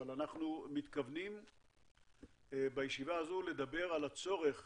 אבל אנחנו מתכוונים בישיבה הזו לדבר על הצורך